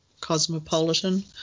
cosmopolitan